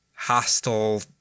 hostile